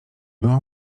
była